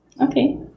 Okay